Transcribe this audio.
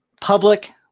public